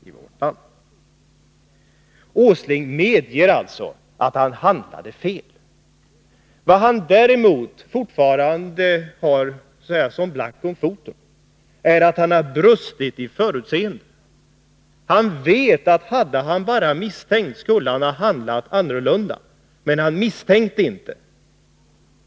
Nils G. Åsling medger alltså att han handlat fel. Vad han däremot fortfarande har så att säga som en black om foten är att han har brustit i förutseende. Han medger att om han bara hade misstänkt, skulle han ha handlat annorlunda. Men han misstänkte inte.